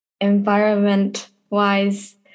environment-wise